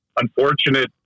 unfortunate